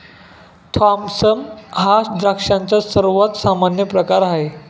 Thompson हा द्राक्षांचा सर्वात सामान्य प्रकार आहे